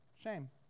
Shame